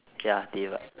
ya divide